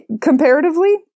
comparatively